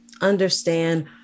understand